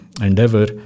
endeavor